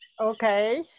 Okay